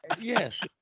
Yes